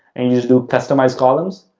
and you just do customized columns,